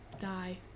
die